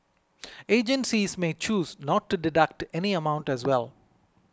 agencies may choose not to deduct any amount as well